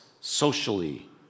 socially